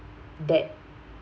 that